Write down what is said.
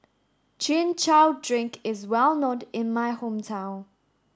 Chin Chow Drink is well in my hometown